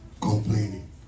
complaining